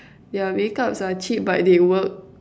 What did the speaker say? yeah make ups are cheap but they work